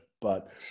but-